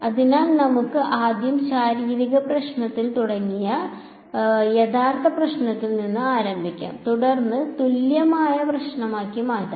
അതിനാൽ നമുക്ക് ആദ്യം ശാരീരിക പ്രശ്നത്തിൽ തുടങ്ങിയ ശാരീരിക പ്രശ്നങ്ങൾ യഥാർത്ഥ പ്രശ്നത്തിൽ നിന്ന് ആരംഭിക്കാം തുടർന്ന് തുല്യമായ പ്രശ്നമാക്കി മാറ്റാം